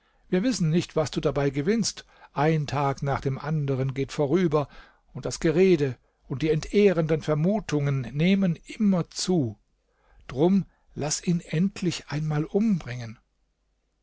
wir wissen nicht was du dabei gewinnst ein tag nach dem anderen geht vorüber und das gerede und die entehrenden vermutungen nehmen immer zu drum laß ihn endlich einmal umbringen